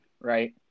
Right